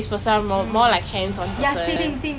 ya I started too late lah to study O-levels